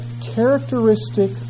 characteristic